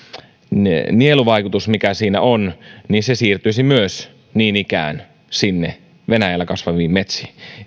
nieluvaikutus mikä siinä on siirtyisi niin ikään venäjällä kasvaviin metsiin